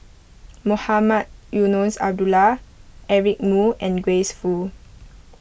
Mohamed Eunos Abdullah Eric Moo and Grace Fu